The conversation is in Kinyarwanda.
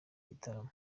gitaramo